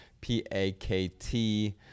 p-a-k-t